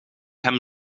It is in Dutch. hem